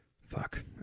Fuck